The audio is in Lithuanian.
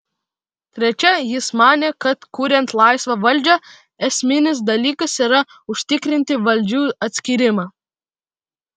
trečia jis manė kad kuriant laisvą valdžią esminis dalykas yra užtikrinti valdžių atskyrimą